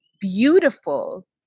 beautiful